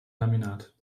laminat